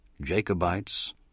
Jacobites